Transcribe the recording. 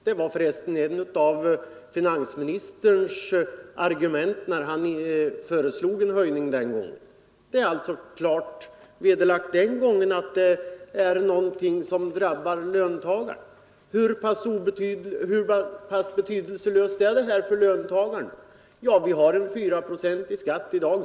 Det var för resten ett av finansministerns argument när han då föreslog en höjning. Det var alltså den gången klart utsagt att avgiften är någonting som drabbar löntagarna. Hur betydelselös är den för löntagarna? Vi har en fyraprocentig skatt i dag.